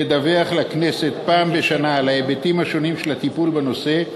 לדווח לכנסת פעם בשנה על ההיבטים השונים של הטיפול בנושא,